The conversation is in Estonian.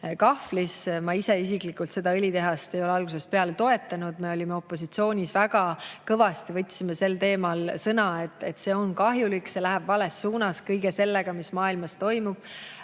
kahvlis. Ma isiklikult õlitehast ei ole algusest peale toetanud. Me olime opositsioonis, väga kõvasti võtsime sel teemal sõna, et see on kahjulik, see läheb vales suunas võrreldes kõige sellega, mis maailmas toimub,